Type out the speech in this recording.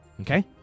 okay